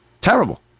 Terrible